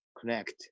connect